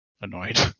annoyed